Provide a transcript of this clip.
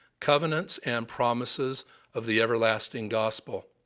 covenants, and promises of the everlasting gospel.